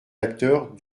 acteurs